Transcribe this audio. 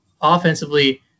offensively